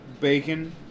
bacon